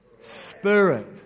Spirit